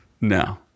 no